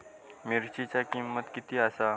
मिरच्यांची किंमत किती आसा?